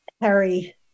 Harry